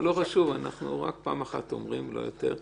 זה לא חשוב, אנחנו רק פעם אחת אומרים, לא יותר.